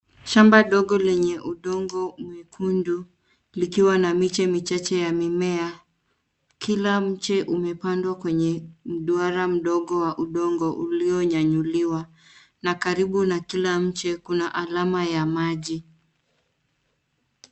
Shamba dogo lenye udongo mwekundu likiwa na miche michache ya mimea. Kila mche umepandwa kwenye mduara mdogo wenye udongo ulio nyanyuliwa na karibu na kila mcje kuna alama ya maji.